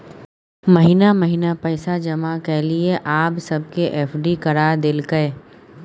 महिना महिना पैसा जमा केलियै आब सबके एफ.डी करा देलकै